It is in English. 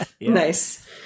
Nice